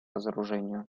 разоружению